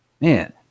man